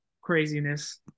craziness